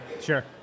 Sure